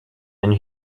and